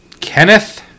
Kenneth